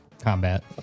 Combat